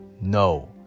no